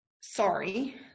sorry